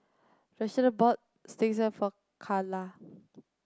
Rashida bought for Karla